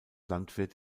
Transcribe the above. landwirt